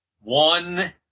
One